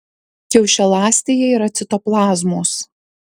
kiaušialąstėje yra citoplazmos